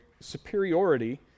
superiority